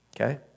okay